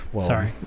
sorry